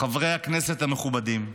חברי הכנסת המכובדים,